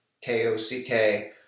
K-O-C-K